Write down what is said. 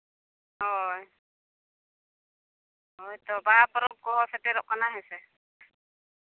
ᱦᱳᱭ ᱦᱳᱭ ᱛᱚ ᱵᱟᱦᱟ ᱯᱚᱨᱚᱵᱽ ᱠᱚ ᱥᱮᱴᱮᱨᱚᱜ ᱠᱟᱱᱟ ᱦᱮᱸ ᱥᱮ